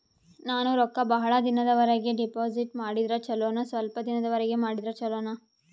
ನಾನು ರೊಕ್ಕ ಬಹಳ ದಿನಗಳವರೆಗೆ ಡಿಪಾಜಿಟ್ ಮಾಡಿದ್ರ ಚೊಲೋನ ಸ್ವಲ್ಪ ದಿನಗಳವರೆಗೆ ಮಾಡಿದ್ರಾ ಚೊಲೋನ?